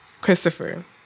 Christopher